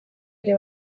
ere